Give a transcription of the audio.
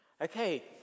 Okay